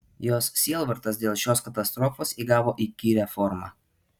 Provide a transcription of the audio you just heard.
jos sielvartas dėl šios katastrofos įgavo įkyrią formą